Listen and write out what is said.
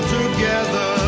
together